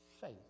faith